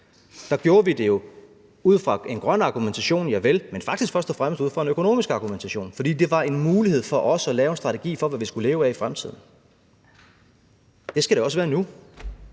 så gjorde vi det jo ud fra en grøn argumentation, javel, men faktisk først og fremmest ud fra en økonomisk argumentationen. For det var en mulighed for os at lave strategi for, hvad vi skulle leve af i fremtiden. Og det skal det også være nu.